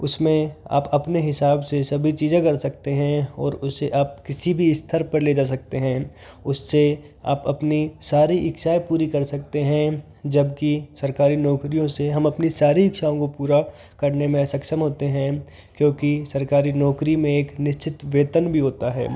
उसमें आप अपने हिसाब से सभी चीजें कर सकते हैं और उसे आप किसी भी स्तर पर ले जा सकते हैं उससे आप अपनी सारी इच्छाऐं पूरी कर सकते हैं जबकि सरकारी नौकरियों से हम अपनी सारी इच्छाओं को पूरा करने में असक्षम होते हैं क्योंकि सरकारी नौकरी में एक निश्चित वेतन भी होता है